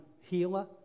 healer